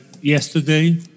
yesterday